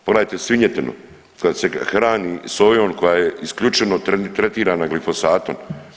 Pogledajte svinjetinu koja se hrani sojom koja je isključivo tretirana glifosatom.